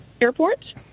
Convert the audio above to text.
airport